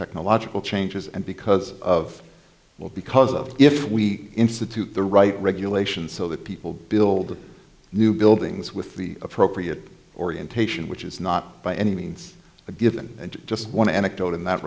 technological changes and because of well because of if we institute the right regulations so that people build new buildings with the appropriate orientation which is not by any means a given and just one anecdote in that